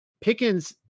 Pickens